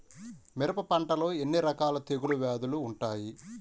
మిరప పంటలో ఎన్ని రకాల తెగులు వ్యాధులు వుంటాయి?